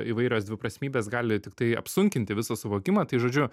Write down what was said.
įvairios dviprasmybės gali tiktai apsunkinti visą suvokimą tai žodžiu